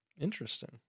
Interesting